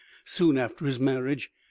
soon after his marriage,